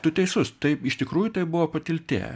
tu teisus tai iš tikrųjų tai buvo patiltė